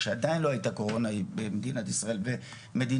שעדיין לא הייתה קורונה במדינת ישראל ומדינת